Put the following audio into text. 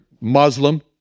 Muslim